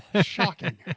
Shocking